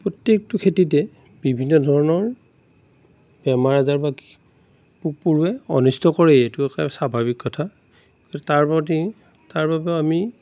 প্ৰত্যেকটো খেতিতে বিভিন্ন ধৰণৰ বেমাৰ আজাৰ বা পোক পৰুৱাই অনিষ্ট কৰেই এইটো এটা স্বাভাৱিক কথা গতিকে তাৰ প্ৰতি তাৰ বাবেও আমি